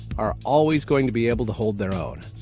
are always going to be able to hold their own.